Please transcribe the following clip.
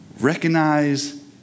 recognize